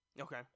Okay